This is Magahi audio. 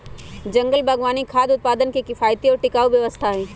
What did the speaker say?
जंगल बागवानी खाद्य उत्पादन के किफायती और टिकाऊ व्यवस्था हई